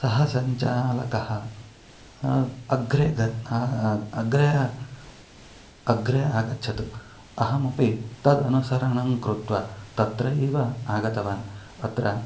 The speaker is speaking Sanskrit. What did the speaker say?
सः सञ्चालकः अग्रे गत्वा अग्रे अग्रे आगच्छतु अहमपि तद् अनुसरणं कृत्वा तत्रैव आगतवान् अत्र